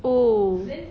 oh